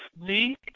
need